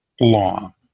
law